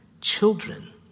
children